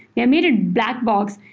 they made it black box,